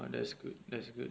!wah! that's good that's good